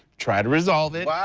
try to resolve it.